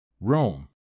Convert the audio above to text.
Rome